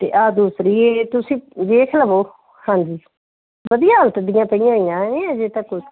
ਅਤੇ ਆਹ ਦੂਸਰੀ ਤੁਸੀਂ ਵੇਖ ਲਵੋ ਹਾਂਜੀ ਵਧੀਆ ਹਾਲਤ ਦੀਆਂ ਪਈਆਂ ਹੋਈਆਂ ਨੇ ਅਜੇ ਤੱਕ